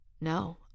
No